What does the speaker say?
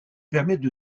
permettent